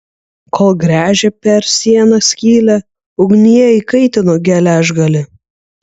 kol gręžė per sieną skylę ugnyje įkaitino geležgalį